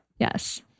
Yes